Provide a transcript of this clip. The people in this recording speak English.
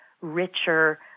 richer